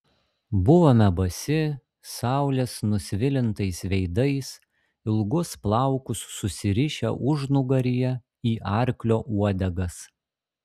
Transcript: buvome basi saulės nusvilintais veidais ilgus plaukus susirišę užnugaryje į arklio uodegas